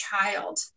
child